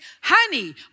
honey